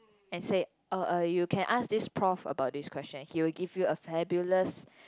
and said oh uh you can ask this prof about this question he will give you a fabulous